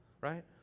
right